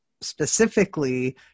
specifically